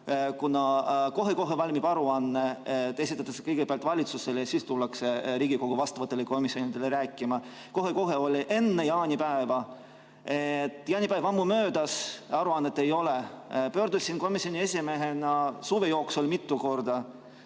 kuna kohe-kohe valmib aruanne, mis esitatakse kõigepealt valitsusele ja siis tullakse Riigikogu vastavatele komisjonidele rääkima. Kohe-kohe oli enne jaanipäeva. Jaanipäev on ammu möödas, aruannet ei ole. Pöördusin komisjoni esimehena suve jooksul mitu korda